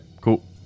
cool